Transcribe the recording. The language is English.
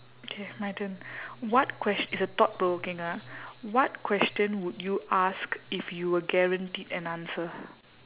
okay my turn what ques~ it's a thought provoking ah what question would you ask if you were guaranteed an answer